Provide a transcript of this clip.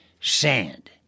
sand